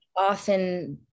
often